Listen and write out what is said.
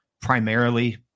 primarily